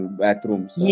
bathrooms